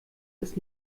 ist